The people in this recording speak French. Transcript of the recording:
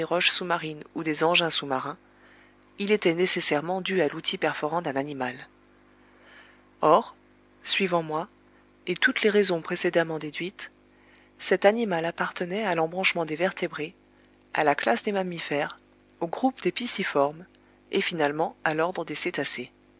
sous-marines ou des engins sous-marins il était nécessairement dû à l'outil perforant d'un animal or suivant moi et toutes les raisons précédemment déduites cet animal appartenait à l'embranchement des vertébrés à la classe des mammifères au groupe des pisciformes et finalement à l'ordre des cétacés